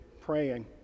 praying